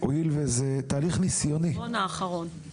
וגם בתהליך האפיון